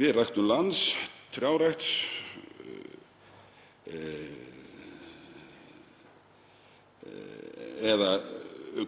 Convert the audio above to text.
við ræktun lands, trjárækt eða